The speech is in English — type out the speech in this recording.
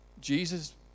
Jesus